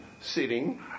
sitting